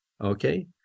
okay